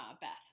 Beth